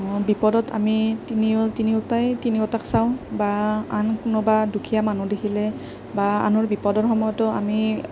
বিপদত আমি তিনিও তিনিওটাই তিনিওটাক চাওঁ বা আন কোনোবা দুখীয়া মানুহ দেখিলে বা আনৰ বিপদৰ সময়তো আমি